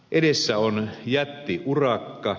edessä on jättiurakka